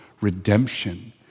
redemption